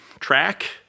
track